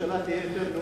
שהממשלה תהיה יותר גדולה.